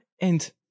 And-